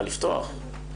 אבל לפתוח.